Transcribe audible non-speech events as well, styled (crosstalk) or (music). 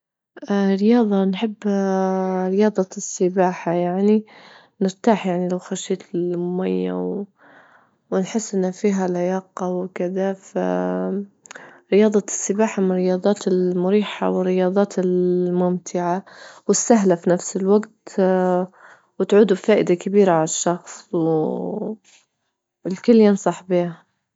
رياضة نحب (hesitation) رياضة (noise) السباحة يعني، نرتاح يعني لو خشيت للمية ونحس إن فيها لياقة وكدا، رياضة السباحة من الرياضات المريحة، والرياضات الممتعة والسهلة في نفس الوجت (hesitation) وتعودوا بفائدة كبيرة على الشخص (noise) والكل ينصح بها.